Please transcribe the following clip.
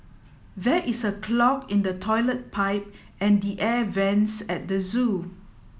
there is a clog in the toilet pipe and the air vents at the zoo